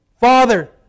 Father